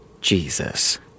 Jesus